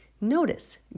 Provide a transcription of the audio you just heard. Notice